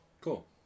Cool